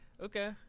Okay